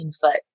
foot